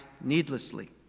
needlessly